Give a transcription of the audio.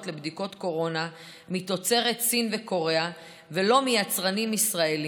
לבדיקות קורונה מתוצרת סין וקוריאה ולא מיצרנים ישראליים,